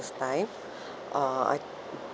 time uh I